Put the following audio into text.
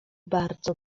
bardzo